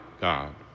God